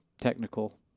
technical